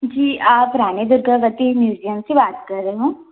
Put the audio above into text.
जी आप रानी दुर्गावती म्यूज़ियम से बात कर रहे हो